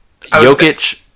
Jokic